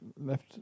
left